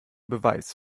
beweis